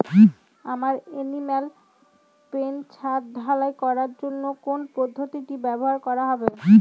আমার animal pen ছাদ ঢালাই করার জন্য কোন পদ্ধতিটি ব্যবহার করা হবে?